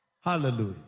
Hallelujah